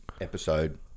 episode